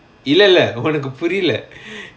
இல்ல இல்ல ஒனக்கு புரில்ல:illa illa onakku purilla